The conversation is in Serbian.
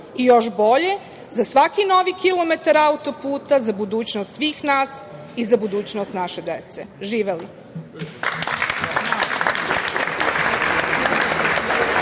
i još bolje za svaki novi kilometar auto-puta, za budućnost svih nas i za budućnost naše dece. Živeli.